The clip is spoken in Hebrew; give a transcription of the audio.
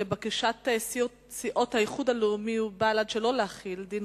לבקשת סיעות האיחוד הלאומי ובל"ד שלא להחיל דין